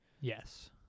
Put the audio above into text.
Yes